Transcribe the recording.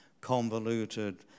convoluted